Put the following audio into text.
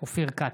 אופיר כץ,